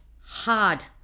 hard